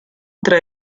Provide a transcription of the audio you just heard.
trae